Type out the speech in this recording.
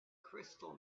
crystal